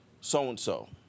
so-and-so